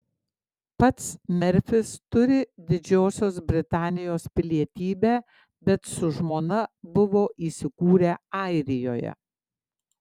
pats merfis turi didžiosios britanijos pilietybę bet su žmona buvo įsikūrę airijoje